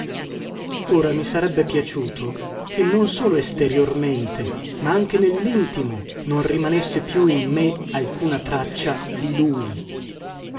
ora mi sarebbe piaciuto che non solo esteriormente ma anche nellintimo non rimanesse più in me alcuna traccia di lui